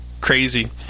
crazy